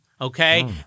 okay